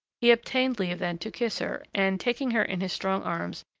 he obtained leave then to kiss her, and, taking her in his strong arms,